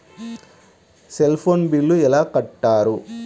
Cell phone bill ఎలా కట్టారు?